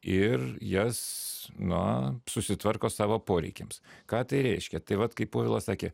ir jas na susitvarko savo poreikiams ką tai reiškia tai vat kaip povilas sakė